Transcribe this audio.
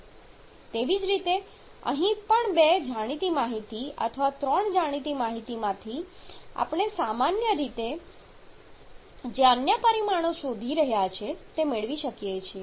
તેવી જ રીતે અહીં પણ બે જાણીતી માહિતી અથવા ત્રણ જાણીતી માહિતીમાંથી આપણે સામાન્ય રીતે જે અન્ય પરિમાણો શોધી રહ્યા છીએ તે મેળવી શકીએ છીએ